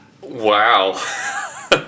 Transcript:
Wow